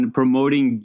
promoting